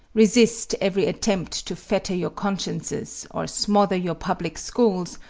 resist every attempt to fetter your consciences, or smother your public schools,